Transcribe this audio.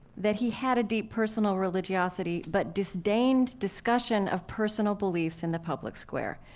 that he had a deep personal religiosity, but disdained discussion of personal beliefs in the public square.